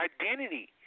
identity